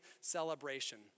celebration